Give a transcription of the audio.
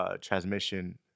transmission